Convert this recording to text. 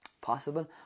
possible